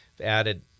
added